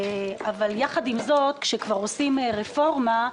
אבל אם כבר עושים רפורמה,